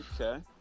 Okay